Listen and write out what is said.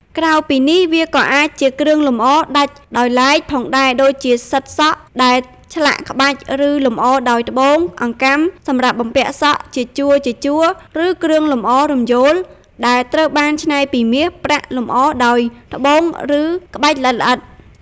ក្រៅពីនេះ វាក៏អាចជា គ្រឿងលម្អដាច់ដោយឡែក ផងដែរ ដូចជា សិតសក់ ដែលឆ្លាក់ក្បាច់ ឬលម្អដោយត្បូង អង្កាំសម្រាប់បំពាក់សក់ ជាជួរៗ ឬ គ្រឿងលម្អរំយោល ដែលត្រូវបានច្នៃពីមាស ប្រាក់ លម្អដោយត្បូង ឬក្បាច់ល្អិតៗ។